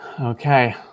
Okay